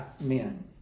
men